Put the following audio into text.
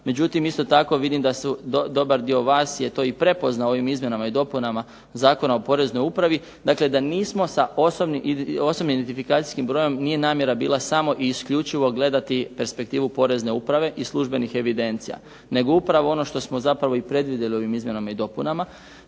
međutim isto tako vidim da dobar dio vas je to i prepoznao ovim izmjenama i dopunama Zakona o Poreznoj upravi. Dakle, da nismo sa osobnim identifikacijskim brojem nije namjera bila samo i isključivo gledati perspektivu Porezne uprave i službenih evidencija nego upravo ono što smo zapravo i predvidjeli ovim izmjenama i dopunama,